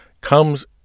comes